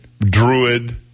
Druid